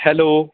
hello